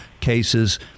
cases –